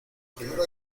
primero